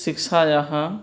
शिक्षायाः